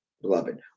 beloved